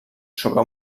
sobre